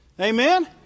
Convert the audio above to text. Amen